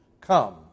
Come